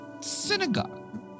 synagogue